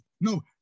No